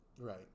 right